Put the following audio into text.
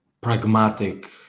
pragmatic